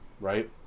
right